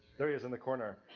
there he is, in the corner,